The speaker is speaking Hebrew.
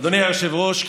אדוני היושב-ראש,